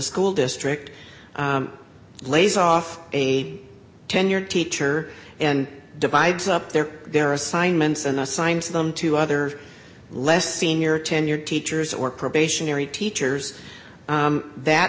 school district lays off a tenured teacher and divides up their their assignments and assigns them to other less senior tenured teachers or probationary teachers that